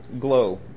glow